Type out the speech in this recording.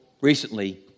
recently